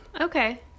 Okay